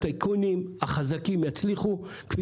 הטייקונים יצליחו והקטנים יישארו מאחור.